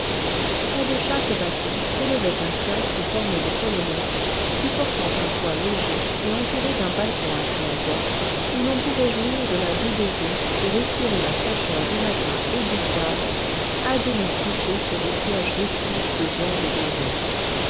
près de chaque bassin s'élevait un kiosque formé de colonnettes supportant un toit léger et entouré d'un balcon à claire-voie où l'on pouvait jouir de la vue des eaux et respirer la fraîcheur du matin et du soir à demi couché sur des sièges rustiques de bois et de jonc